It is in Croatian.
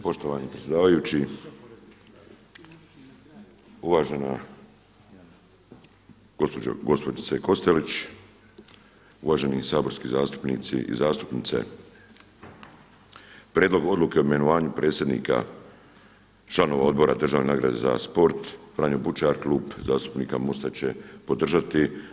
Poštovani predsjedavajući, uvažena gospođice Kostelić, uvaženi saborski zastupnici i zastupnice prijedlog odluke o imenovanju predsjednika članova Odbora državne nagrade za sport Franjo Bučar Klub zastupnika MOST-a će podržati.